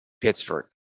Pittsburgh